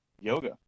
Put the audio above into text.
yoga